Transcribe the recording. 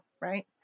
right